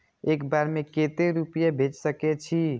एक बार में केते रूपया भेज सके छी?